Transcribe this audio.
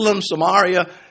Samaria